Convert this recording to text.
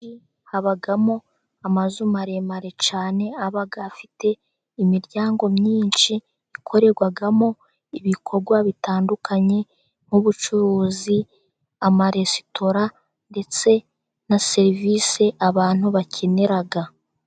Mu mugi habamo amazu maremare cyane, aba afite imiryango myinshi itandukanye, ni korwa bitandukanye.